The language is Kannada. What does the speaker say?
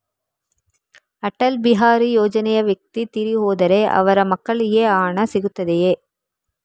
ಅಟಲ್ ಬಿಹಾರಿ ಯೋಜನೆಯ ವ್ಯಕ್ತಿ ತೀರಿ ಹೋದರೆ ಅವರ ಮಕ್ಕಳಿಗೆ ಆ ಹಣ ಸಿಗುತ್ತದೆಯೇ?